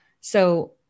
So-